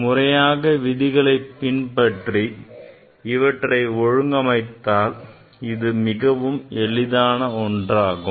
முறையாக விதிகளைப் பின்பற்றி இவற்றை ஒழுங்கமைத்தால் இது மிகவும் எளிதான ஒன்றாகும்